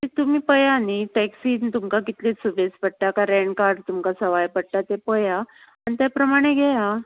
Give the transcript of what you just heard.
ते तुमी पळयात न्हय टॅक्सिन तुमकां कितलें सुबेज पडटा काय रँटार तुमकां सवाय पडटा ते पळयात आनी ते प्रमाणे घेया